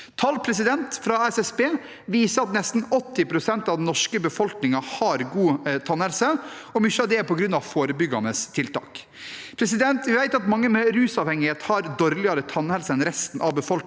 Tall fra SSB viser at nesten 80 pst. av den norske befolkningen har god tannhelse, og mye av det er på grunn av forebyggende tiltak. Vi vet at mange med rusavhengighet har dårligere tannhelse enn resten av befolkningen